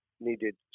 needed